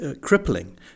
crippling